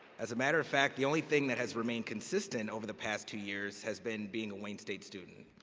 as a matter of fact, the only thing that has remained consistent over the past two years has been being a wayne state student.